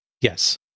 Yes